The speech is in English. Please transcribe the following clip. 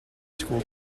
school